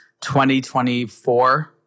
2024